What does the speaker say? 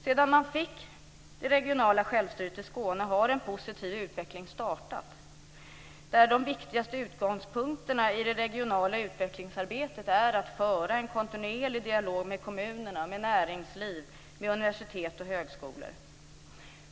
Sedan man fick det regionala självstyret i Skåne har en positiv utveckling startat, där de viktigaste utgångspunkterna i det regionala utvecklingsarbetet är att föra en kontinuerlig dialog med kommunerna, med näringsliv, med universitet och högskolor.